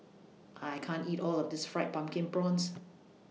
I can't eat All of This Fried Pumpkin Prawns